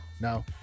no